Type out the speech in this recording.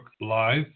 Live